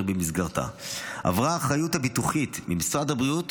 במסגרתה עברה האחריות הביטוחית ממשרד הבריאות